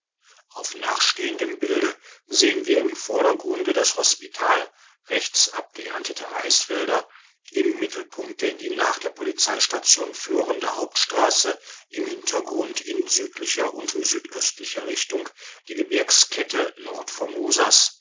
auf nachstehendem bilde sehen wir im vordergrunde das hospital rechts abgeerntete reisfelder im mittelpunkte die nach der polizeistation führende hauptstrasse im hintergrunde in südlicher und südöstlicher richtung die gebirgskette